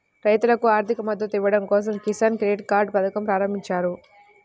రైతులకు ఆర్థిక మద్దతు ఇవ్వడం కోసం కిసాన్ క్రెడిట్ కార్డ్ పథకం ప్రారంభించారు